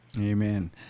Amen